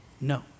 No